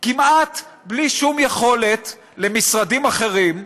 כמעט בלי שום יכולת של משרדים אחרים,